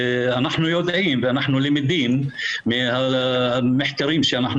אנחנו יודעים ואנחנו למדים ממחקרים שאנחנו